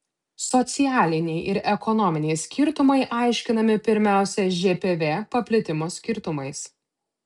socialiniai ir ekonominiai skirtumai aiškinami pirmiausia žpv paplitimo skirtumais